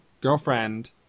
girlfriend